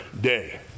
day